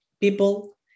people